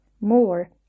more